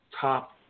top